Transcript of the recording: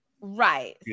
right